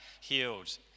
healed